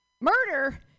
Murder